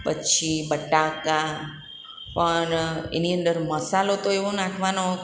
પછી બટાકા પણ એની અંદર મસાલો તો એવો નાખવાનો